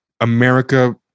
America